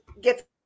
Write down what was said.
get